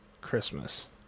Christmas